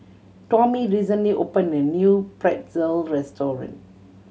Tommy recently opened a new Pretzel restaurant